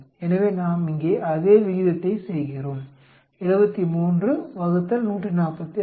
எனவே நாம் இங்கே அதே விகிதத்தை செய்கிறோம் 73 ÷ 145